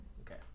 Okay